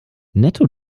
netto